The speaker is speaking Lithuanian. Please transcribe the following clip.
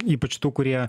ypač tų kurie